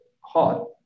hot